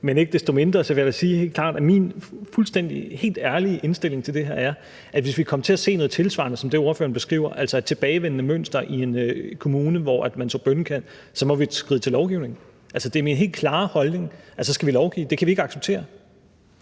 Men ikke desto mindre vil jeg da sige helt klart, at min fuldstændig helt ærlige indstilling til det her er, at hvis vi kommer til at se noget tilsvarende som det, ordføreren beskriver, altså et tilbagevendende mønster i en kommune, hvor man ser bønnekald, så må vi skride til lovgivning. Det er min helt klare holdning, at så skal vi lovgive. Det kan vi ikke acceptere.